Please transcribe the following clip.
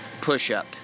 push-up